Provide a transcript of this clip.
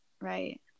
right